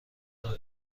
نمی